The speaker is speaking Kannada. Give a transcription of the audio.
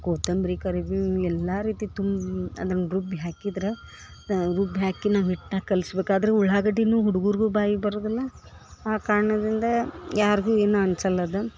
ಕೋತಂಬರಿ ಕರಿಬೇವು ಎಲ್ಲಾ ರೀತಿ ತುಮ್ ಅದನ್ನ ರುಬ್ಬಿ ಹಾಕಿದ್ರೆ ರುಬ್ಬಿ ಹಾಕಿ ನಾವು ಹಿಟ್ನ ಕಲ್ಸ್ಬೇಕು ಆದ್ರ ಉಳ್ಳಾಗಡ್ಡಿನು ಹುಡುಗರಿಗು ಬಾಯ್ಗೆ ಬರುದಿಲ್ಲ ಆ ಕಾರಣದಿಂದ ಯಾರಿಗೂ ಏನು ಅನ್ಸಲ್ಲದ